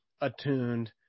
attuned